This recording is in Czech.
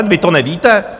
Vy to nevíte?